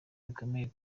bikomeye